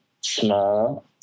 small